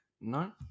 No